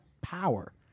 power